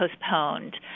postponed